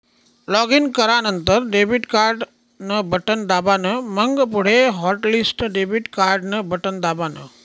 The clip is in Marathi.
लॉगिन करानंतर डेबिट कार्ड न बटन दाबान, मंग पुढे हॉटलिस्ट डेबिट कार्डन बटन दाबान